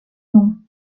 nom